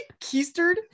keistered